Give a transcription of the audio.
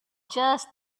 just